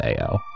Ao